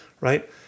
right